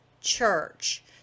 church